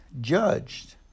judged